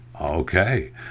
okay